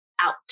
out